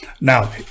now